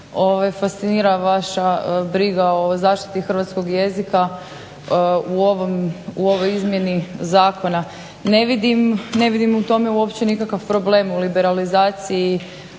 me fascinira vaša briga o zaštiti hrvatskog jezika u ovoj izmjeni zakona. Ne vidim, ne vidim u tome uopće nikakav problem u liberalizaciji